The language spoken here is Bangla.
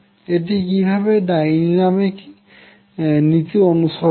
এটি কিভাবে ডাইনামিক নীতি অনুসরন করে